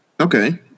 Okay